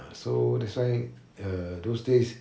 uh so that's why err those days